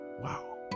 Wow